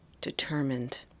Determined